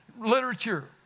literature